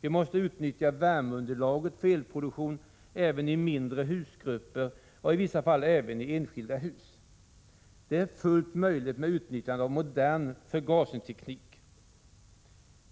Vi måste utnyttja värmeunderlaget för elproduktion även i mindre husgrupper och i vissa fall även i enskilda hus. Det är fullt möjligt med utnyttjande av modern förgasningsteknik.